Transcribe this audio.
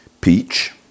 peach